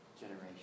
generation